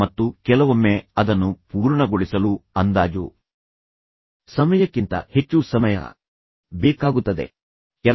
ಮತ್ತು ಕೆಲವೊಮ್ಮೆ ಅದನ್ನು ಪೂರ್ಣಗೊಳಿಸಲು ಅಂದಾಜು ಸಮಯಕ್ಕಿಂತ ಹೆಚ್ಚು ಸಮಯ ಬೇಕಾಗುತ್ತದೆ ಮತ್ತು ವಿಶೇಷವಾಗಿ ನೀವು ಹೆಚ್ಚು ಹೆಚ್ಚು ಒತ್ತಡವನ್ನು ಪಡೆಯುತ್ತೀರಿ